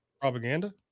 Propaganda